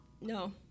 no